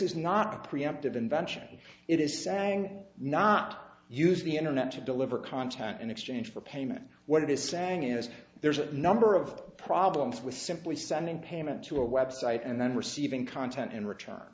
is not a preemptive invention it is sang not use the internet to deliver content in exchange for payment what it is saying is there's a number of problems with simply sending payment to a website and then receiving content in return